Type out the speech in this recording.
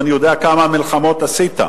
ואני יודע כמה מלחמות עשית,